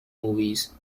movies